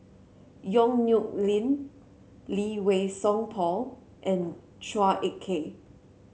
Yong Nyuk Lin Lee Wei Song Paul and Chua Ek Kay